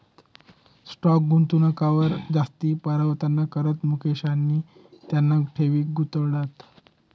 stock गुंतवणूकवर जास्ती परतावाना करता मुकेशनी त्याना ठेवी गुताड्यात